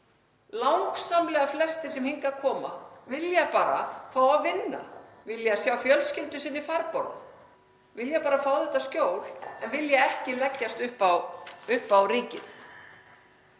Langsamlega flestir sem hingað koma vilja bara fá að vinna, vilja sjá fjölskyldu sinni farborða. (Forseti hringir.) Vilja bara fá þetta skjól en vilja ekki leggjast upp á ríkið.